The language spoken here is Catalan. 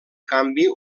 canvi